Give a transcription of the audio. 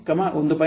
58 1